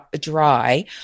dry